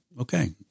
okay